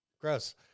Gross